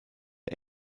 der